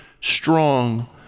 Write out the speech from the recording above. strong